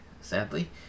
sadly